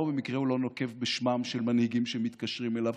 לא במקרה הוא לא נוקב בשמם של מנהיגים שמתקשרים אליו,